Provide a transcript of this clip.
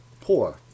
Poor